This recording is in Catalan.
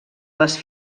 les